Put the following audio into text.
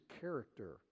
character